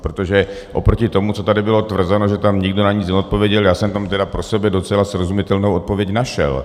Protože oproti tomu, co tady bylo tvrzeno, že tam nikdo na nic neodpověděl, já jsem tam tedy pro sebe docela srozumitelnou odpověď našel.